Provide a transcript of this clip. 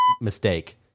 mistake